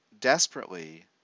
desperately